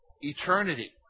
eternity